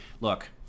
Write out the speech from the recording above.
Look